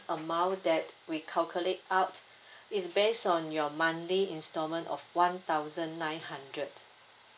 amount that we calculate out is based on your monthly instalment of one thousand nine hundred